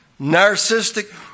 narcissistic